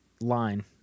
line